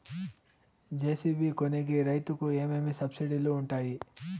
JCB కొనేకి రైతుకు ఏమేమి సబ్సిడి లు వుంటాయి?